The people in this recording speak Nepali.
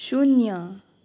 शून्य